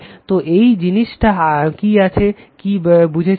তো এই জিনিসটা কী আছে কী বুঝেছি আমরা